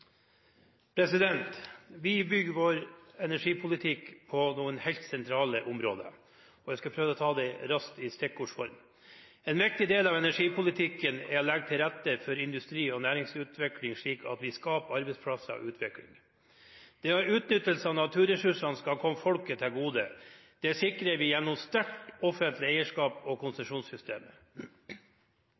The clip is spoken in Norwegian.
2013. Vi bygger vår energipolitikk på noen helt sentrale områder. Jeg skal prøve å ta det raskt i stikkords form: En viktig del av energipolitikken er å legge til rette for industri og næringsutvikling, slik at vi skaper arbeidsplasser og utvikling. Utnyttelsen av naturressursene skal komme folket til gode. Det sikrer vi gjennom sterkt offentlig eierskap og konsesjonssystemet.